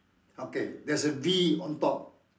okay there's a B on top